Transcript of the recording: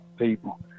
people